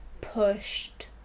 pushed